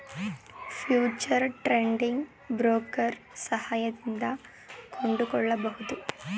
future trading broker ಸಹಾಯದಿಂದ ಕೊಂಡುಕೊಳ್ಳಬಹುದು